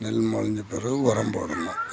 நெல் முளஞ்ச பிறகு உரம் போடணும்